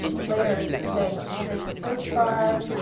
layers to show you. okay, here's the search bar,